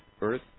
Earth